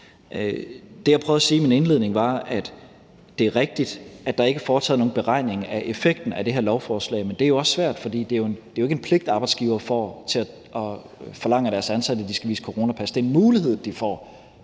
min indledning, var, at det er rigtigt, at der ikke er foretaget nogen beregning af effekten af det her lovforslag, men det er jo også svært, for det er ikke en pligt, arbejdsgiverne får, til at forlange, at deres ansatte skal vise coronapas. Det er en mulighed, de får,